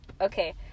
Okay